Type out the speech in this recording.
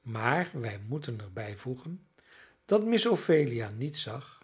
maar wij moeten er bijvoegen dat miss ophelia niet zag